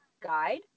guide